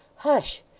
hush!